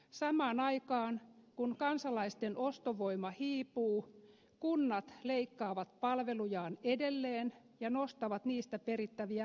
samaan aikaan kun kansalaisten ostovoima hiipuu kunnat leikkaavat palvelujaan edelleen ja nostavat niistä perittäviä maksuja